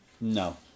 No